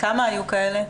כמה היו כאלה?